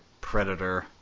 Predator